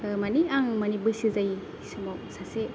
माने आं माने बैसो जायि समाव सासे